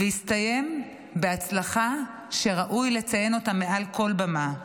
והסתיים בהצלחה שראוי לציין אותה מעל כל במה.